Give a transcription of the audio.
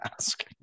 ask